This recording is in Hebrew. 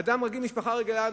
אדם רגיל במשפחה רגילה,